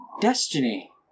destiny